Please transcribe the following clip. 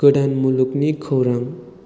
गोदान मुलुगनि खौरां